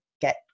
get